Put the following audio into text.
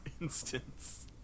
instance